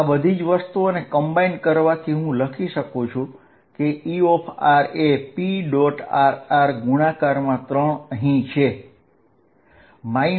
આ બધી જ વસ્તુને સંયુક્ત કરવાથી હું લખી શકું કે Er3p